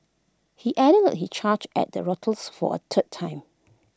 he added he charged at the rioters for A third time